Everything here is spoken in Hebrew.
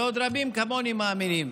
ועוד רבים כמוני מאמינים,